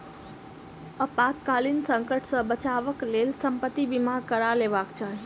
आपातकालीन संकट सॅ बचावक लेल संपत्ति बीमा करा लेबाक चाही